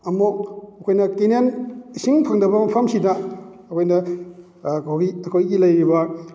ꯑꯃꯨꯛ ꯑꯩꯈꯣꯏꯅ ꯏꯁꯤꯡ ꯐꯪꯗꯕ ꯃꯐꯝꯁꯤꯗ ꯑꯩꯈꯣꯏꯅ ꯑꯩꯈꯣꯏꯒꯤ ꯂꯩꯔꯤꯕ